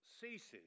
ceases